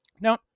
Now